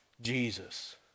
Jesus